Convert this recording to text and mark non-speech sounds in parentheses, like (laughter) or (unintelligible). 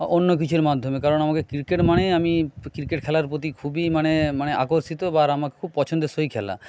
অন্য কিছুর মাধ্যমে কারণ আমাকে ক্রিকেট মানেই আমি ক্রিকেট খেলার প্রতি খুবই মানে মানে আকর্ষিত বা (unintelligible) আমার খুব পছন্দসই খেলা